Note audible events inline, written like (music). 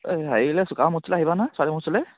এই হেৰিলে (unintelligible)